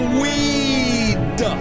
weed